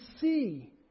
see